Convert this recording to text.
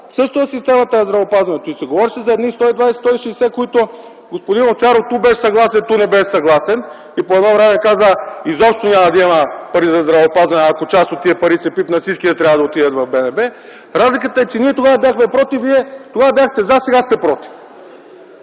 също в системата на здравеопазването и се говореше за едни 120-160, които господин Овчаров ту беше съгласен, ту не беше съгласен и по едно време каза: „Изобщо няма да има пари за здравеопазване. Ако част от тези пари се пипнат, всички трябва да отидат в БНБ.” Разликата е, че тогава ние бяхме „против”, а вие тогава бяхте „за”, а сега сте „против”.